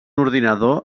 ordinador